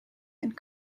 and